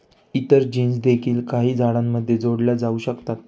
इतर जीन्स देखील काही झाडांमध्ये जोडल्या जाऊ शकतात